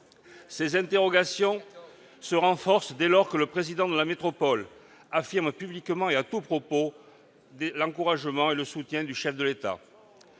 Ces interrogations se renforcent, dès lors que le président de la métropole affirme publiquement, et à tout propos, bénéficier de l'encouragement et du soutien du chef de l'État.